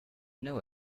know